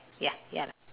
ya ya